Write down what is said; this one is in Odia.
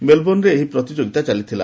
ମେଲବୋର୍ଣ୍ଣରେ ଏହି ପ୍ରତିଯୋଗିତା ଚାଲିଥିଲା